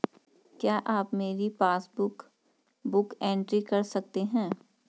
क्या आप मेरी पासबुक बुक एंट्री कर सकते हैं?